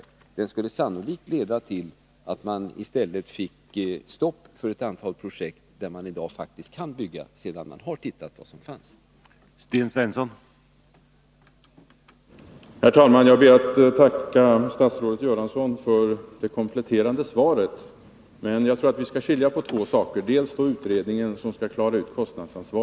Det skulle i stället sannolikt leda till att det blev stopp för ett antal projekt där man i dag faktiskt kan bygga sedan man har tittat efter vad som fanns i marken.